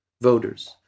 voters